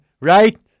Right